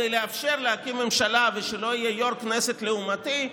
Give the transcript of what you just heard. כדי לאפשר להקים ממשלה וכדי שלא יהיה יו"ר כנסת לעומתי,